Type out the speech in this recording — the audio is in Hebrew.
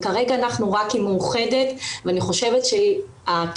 כרגע אנחנו רק עם מאוחדת ואני חושבת שהקשר,